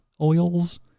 oils